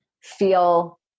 feel